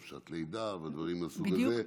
בחופשת לידה ודברים מהסוג הזה.